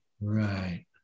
Right